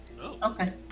Okay